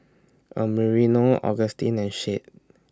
Americo Augustin and Shade